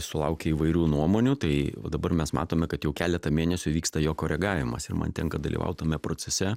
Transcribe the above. sulaukė įvairių nuomonių tai dabar mes matome kad jau keletą mėnesių vyksta jo koregavimas ir man tenka dalyvaut tame procese